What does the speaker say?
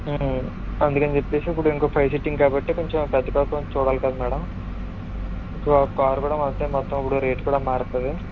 అందుకని చెప్పి ఇప్పుడు ఇంకో ఫైవ్ సీటింగ్ కాబట్టి కొంచెం పెద్ద కారు కొంచెం చూడాలి కదా మేడం సో ఆ కారుతో కూడా మొత్తం ఇప్పుడు రేటు కూడా మారుతుంది